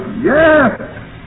Yes